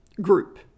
group